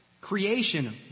Creation